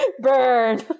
Burn